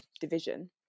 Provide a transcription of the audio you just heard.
division